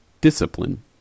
Discipline